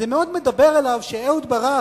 זה מאוד מדבר אליו שאהוד ברק,